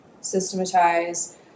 systematize